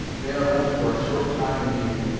they are lent for a short time in youth,